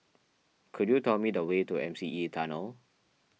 could you tell me the way to M C E Tunnel